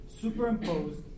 superimposed